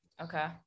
Okay